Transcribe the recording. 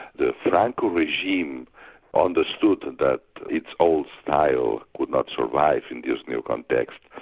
the franco regime understood that its old style could not survive in this new context,